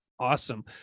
Awesome